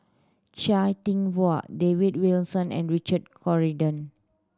Chia Thye Poh David Wilson and Richard Corridon